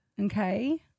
Okay